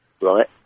right